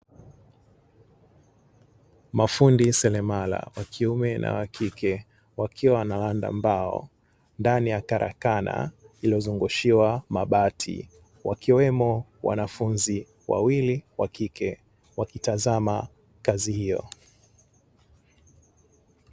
Mafundi seremala wakiume na wakike wakiwa wanaranda mbao ndani ya katakana lillilozungushiwa mabati, wakiwemo wanafunzi wawili wa kike wakitizama kazi hiyo.